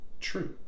true